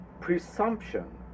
presumption